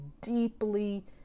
deeply